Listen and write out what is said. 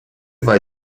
vai